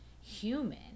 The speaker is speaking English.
human